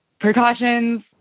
precautions